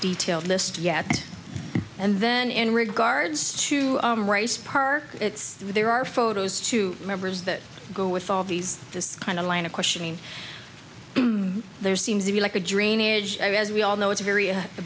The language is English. detail list yet and then in regards to race park it's there are photos to members that go with all these this kind of line of questioning there seems to be like a drainage as we all know it's a very